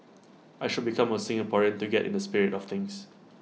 I should become A Singaporean to get in the spirit of things